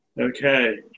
Okay